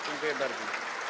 Dziękuję bardzo.